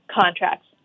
contracts